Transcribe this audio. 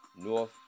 North